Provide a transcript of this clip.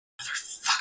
Motherfucker